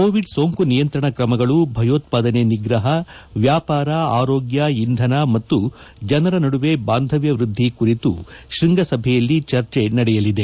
Covid ಸೋಂಕು ನಿಯಂತ್ರಣ ಕ್ರಮಗಳು ಭಯೋತ್ಪಾದನೆ ನಿಗ್ರಹ ವ್ಯಾಪಾರ ಆರೋಗ್ಕ ಇಂಧನ ಮತ್ತು ಜನರಿಂದ ಜನರ ನಡುವೆ ಬಾಂಧವ್ಯ ವ್ಯದ್ಧಿ ಕುರಿತು ಶೃಂಗಸಭೆಯಲ್ಲಿ ಚರ್ಚೆ ನಡೆಯಲಿದೆ